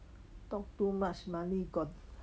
talk too much money gone